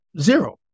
Zero